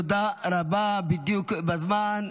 תודה רבה, בדיוק בזמן.